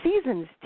Season's